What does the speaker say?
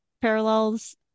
parallels